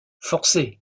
forcez